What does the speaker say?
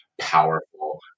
powerful